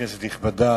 כנסת נכבדה,